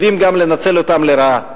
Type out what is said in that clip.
יודעים גם לנצל אותם לרעה.